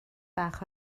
bach